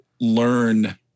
learn